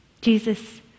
Jesus